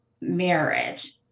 marriage